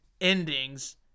endings